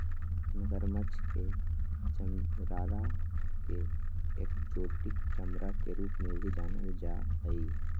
मगरमच्छ के चमडड़ा के एक्जोटिक चमड़ा के रूप में भी जानल जा हई